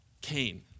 Cain